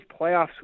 playoffs